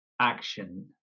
action